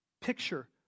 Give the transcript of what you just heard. picture